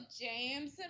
James